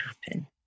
happen